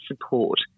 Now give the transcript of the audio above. support